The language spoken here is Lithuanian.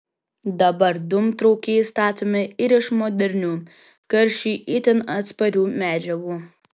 dabar dūmtraukiai statomi ir iš modernių karščiui itin atsparių medžiagų